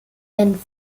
wenn